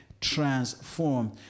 transformed